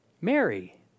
Mary